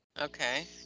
Okay